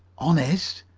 honest?